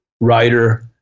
writer